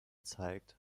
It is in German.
zeigt